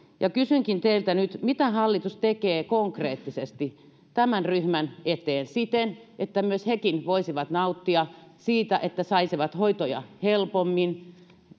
ja kysynkin teiltä nyt mitä hallitus tekee konkreettisesti tämän ryhmän eteen siten että myös hekin voisivat nauttia siitä että saisivat hoitoja helpommin